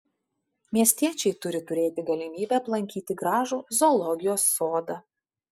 miestiečiai turi turėti galimybę aplankyti gražų zoologijos sodą